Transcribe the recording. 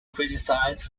criticized